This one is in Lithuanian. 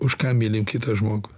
už ką mylim kitą žmogų